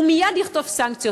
הוא מייד יחטוף סנקציות.